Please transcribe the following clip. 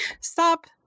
Stop